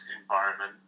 environment